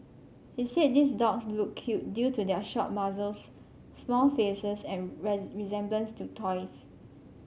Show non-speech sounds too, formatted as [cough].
he said these dogs look cute due to their short muzzles small faces and [unintelligible] resemblance to toys